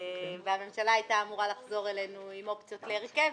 והממשלה הייתה אמורה לחזור אלינו עם אופציות להרכב.